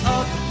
up